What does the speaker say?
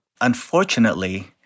Unfortunately